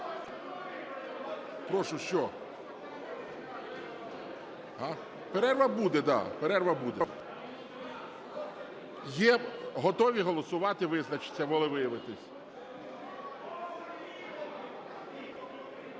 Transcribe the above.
прошу… Що? Перерва буде, да. Перерва буде. Є? Готові голосувати і визначитись, волевиявитись?